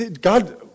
God